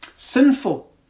Sinful